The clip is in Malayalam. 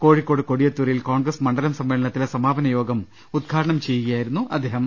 കോഴിക്കോട് കൊടിയത്തൂരിൽ കോൺഗ്രസ് മണ്ഡലം സമ്മേളനത്തിലെ സമാപനയോഗം ഉദ്ഘാടനം ചെയ്യുകയായിരുന്നു അദ്ദേഹം